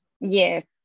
yes